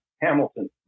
Hamilton